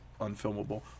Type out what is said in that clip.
unfilmable